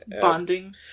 Bonding